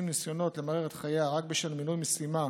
ניסיונות למרר את חייה רק בשל מילוי משימה